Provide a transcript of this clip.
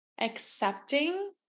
accepting